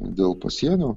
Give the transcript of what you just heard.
dėl pasienio